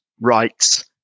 rights